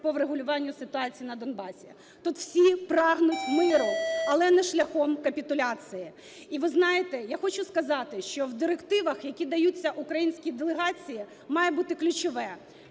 по врегулюванню ситуації на Донбасі. Тут всі прагнуть миру, але не шляхом капітуляції. І, ви знаєте, я хочу сказати, що в директивах, які даються українській делегації, має бути ключове: